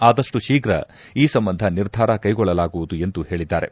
ಆದಷ್ಟು ಶೀಪ್ರ ಈ ಸಂಬಂಧ ನಿರ್ಧಾರ ಕೈಗೊಳ್ಳಲಾಗುವುದು ಎಂದು ಹೇಳಿದ್ದಾರೆ